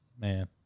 Man